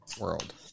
world